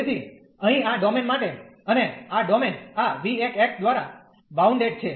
તેથી અહીં આ ડોમેન માટે અને આ ડોમેન આ v1 દ્વારા બાઉન્ડેડ છે